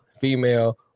female